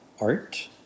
art